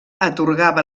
atorgava